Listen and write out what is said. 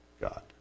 God